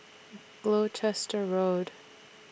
Gloucester Road